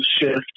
shift